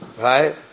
Right